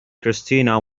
christina